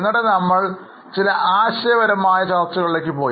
എന്നിട്ട് നമ്മൾ ചില ആശയപരമായ ചർച്ചകളിലേക്ക് പോയി